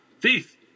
Thief